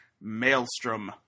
Maelstrom